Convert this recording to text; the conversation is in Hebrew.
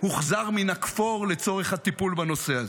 שהוחזר מן הכפור לצורך הטיפול בנושא הזה.